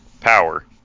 Power